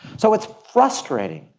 so it's frustrating.